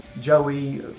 Joey